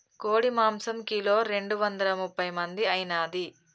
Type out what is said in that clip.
కోడి మాంసం కిలో రెండు వందల ముప్పై మంది ఐనాది